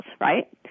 right